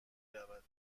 رود